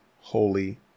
holy